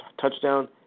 touchdown